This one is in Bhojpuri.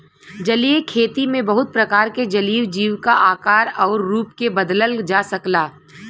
जलीय खेती में बहुत प्रकार के जलीय जीव क आकार आउर रूप के बदलल जा सकला